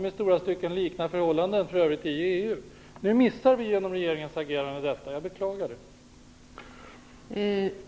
I stora stycken liknar detta för övrigt förhållandena i EU. Genom regeringens agerande missar vi den chansen, och det beklagar jag.